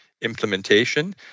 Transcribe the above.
implementation